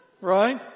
right